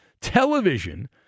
Television